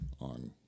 on